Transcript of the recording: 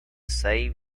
same